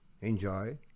enjoy